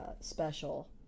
special